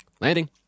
Landing